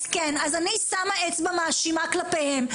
אז אני מניפה אצבע מאשימה כלפיהם.